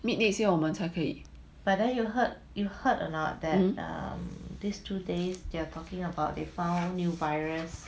mid next year 我们才可以